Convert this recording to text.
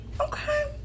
Okay